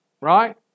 right